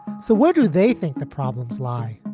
so what do they think the problems lie?